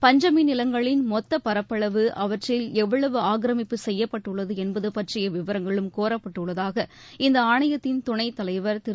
பஞ்சமி நிலங்களின் மொத்த பரப்பளவு அவற்றில் எவ்வளவு ஆக்கிரமிப்பு செய்யப்பட்டுள்ளது என்பது பற்றிய விவரங்களும் கோரப்பட்டுள்ளதாக இந்த ஆணையத்தின் துணைத் தலைவர் திரு